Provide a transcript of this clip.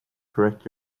correct